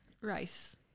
rice